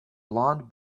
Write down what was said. blond